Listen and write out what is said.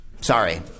Sorry